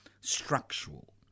Structural